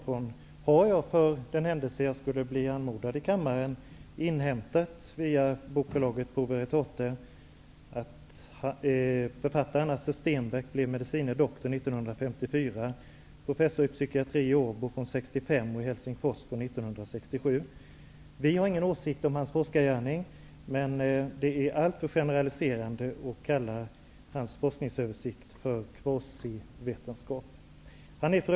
Beträffande den boken har jag -- för den händelse att jag skulle bli anmodad i kammaren att tala om den -- inhämtat via bokförlaget Pro Veritate att författaren Assar Stenbäck blev medicine doktor 1954 och att han är professor i psykiatri i Åbo från 1965 och i Vi har ingen åsikt om Assar Stenbäcks forskargärning. Men att kalla hans forskningsöversikt för kvasivetenskap är att generalisera alltför mycket.